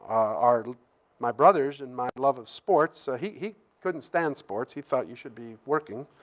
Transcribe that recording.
ah my brother's and my love of sports. ah he he couldn't stand sports. he thought you should be working.